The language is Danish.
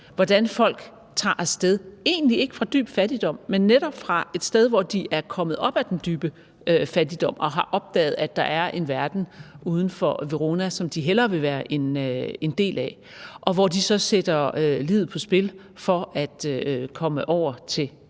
hvordan folk tager af sted – egentlig ikke fra dyb fattigdom, men netop fra et sted, hvor de er kommet op af den dybe fattigdom og har opdaget, at der er en verden udenfor, som de hellere vil være en del af, og hvor de så sætter livet på spil for at komme over til os.